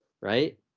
right